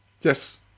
Yes